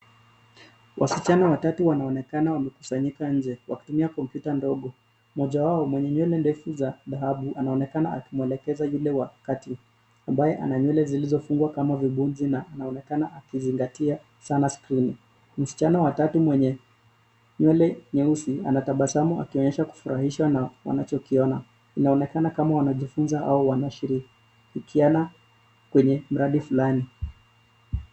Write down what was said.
Wasichana watatu wanaonekana wamekusanyika nje wakitumia kompyuta ndogo. Mmoja wao mwenye nywele ndefu za dhahabu anaonekana akimwelekeza yule wa kati ambaye ana nywele zilizofungwa kama vibonzi na anaonekana akizingatia sana skrini. Msichana wa tatu mwenye nywele nyeusi anatabasamu akionyesha kufurahishwa na anachokiona. Inaonekana kama wanajifunza au wanashirikiana kwenye mradi fulani.